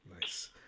Nice